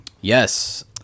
Yes